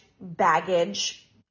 baggage